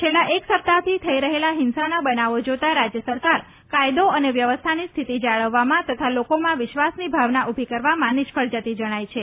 છેલ્લા એક સપ્તાહથી થઈ રહેલા હિંસાના બનાવો જોતાં રાજ્ય સરકાર કાયદો અને વ્યવસ્થાની સ્થિતિ જાળવવામાં તથા લોકોમાં વિશ્વાસની ભાવના ઉભી કરવામાં નિષ્ફળ જતી જણાય છે